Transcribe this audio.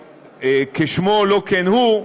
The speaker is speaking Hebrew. שכשמו לא כן הוא,